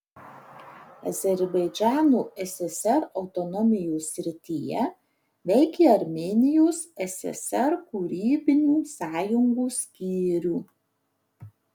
azerbaidžano ssr autonomijos srityje veikė armėnijos ssr kūrybinių sąjungų skyriai